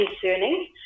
concerning